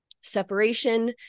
separation